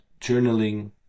journaling